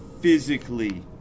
physically